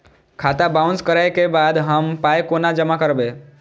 खाता बाउंस करै के बाद हम पाय कोना जमा करबै?